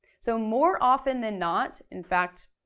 so more often than not, in fact,